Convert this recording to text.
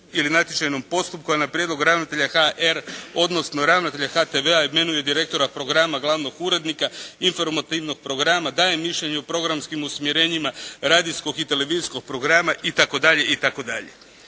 ili natječajnom postupku, a na prijedlog ravnatelja HR, odnosno ravnatelja HTV-a imenuje direktora programa glavnog urednika informativnog programa, daje mišljenje u programskim usmjerenjima radijskog i televizijskog programa, itd.,